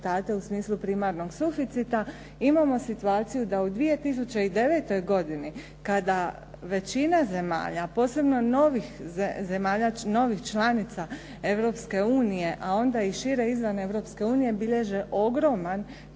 u smislu primarnog suficita, imamo situaciju da u 2009. godini kada većina zemalja, posebno zemalja novih članica Europske unije, a onda i šire izvan Europske unije bilježe ogroman